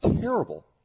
terrible